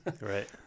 Right